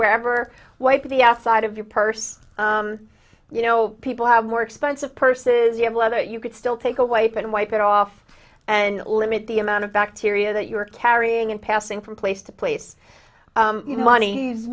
where ever wipe the outside of your purse you know people have more expensive purses you have leather you could still take a wife and wipe it off and limit the amount of bacteria that you are carrying and passing from place to place money